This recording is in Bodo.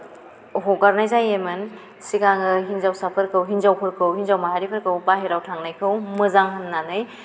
हगारनाय जायोमोन सिगाङो हिन्जावसाफोरखौ हिन्जावफोरखौ हिन्जाव माहारिफोरखौ बाइहेरायाव थांनायखौ मोजां होननानै